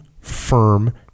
firm